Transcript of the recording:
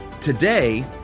Today